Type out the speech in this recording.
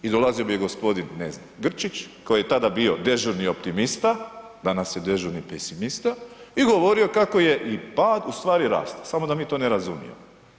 I dolazio bi ne znam, gospodin Grčić koji je tada bio dežurni optimista, danas je dežurni pesimista i govorio kako je i pad ustvari rast, samo da mi to ne razumijemo.